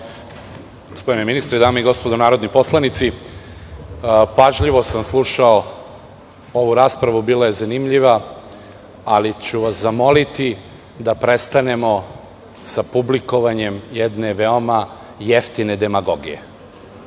Gospodine ministre, dame i gospodo narodni poslanici, pažljivo sam slušao ovu raspravu. Bila je zanimljiva, ali ću vas zamoliti da prestanemo sa publikovanjem jedne veoma jeftine demagogije. Smeta